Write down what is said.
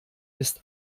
ist